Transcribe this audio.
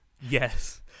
Yes